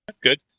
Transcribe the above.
Good